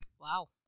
Wow